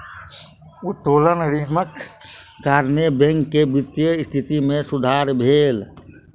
उत्तोलन ऋणक कारणेँ बैंक के वित्तीय स्थिति मे सुधार भेल